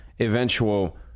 eventual